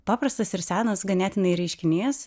paprastas ir senas ganėtinai reiškinys